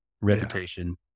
Reputation